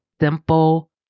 simple